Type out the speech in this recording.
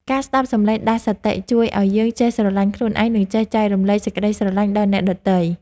ការស្តាប់សំឡេងដាស់សតិជួយឱ្យយើងចេះស្រឡាញ់ខ្លួនឯង និង ចេះចែករំលែកសេចក្តីស្រឡាញ់ដល់អ្នកដទៃ។